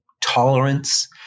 tolerance